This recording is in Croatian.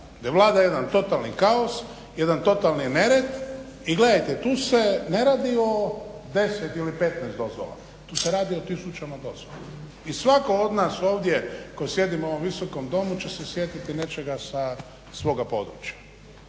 Da vlada jedan totalni kaos, jedan totalni nered. I gledajte tu se ne radi o 10 ili 15 dozvola, tu se radi o tisućama dozvola i svatko od nas ovdje, koji sjedimo u ovom visokom domu će se sjetiti nečega sa svoga područja.